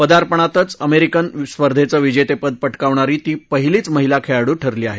पदार्पणातच American स्पर्धेचं विजेतेपद पटकावणारी ती पहिलीच महिला खेळाडू ठरली आहे